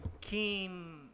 keen